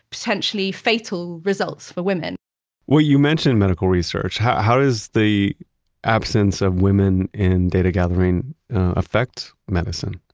potentially fatal results for women well, you mentioned medical research. how how does the absence of women in data gathering affect medicine?